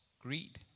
greed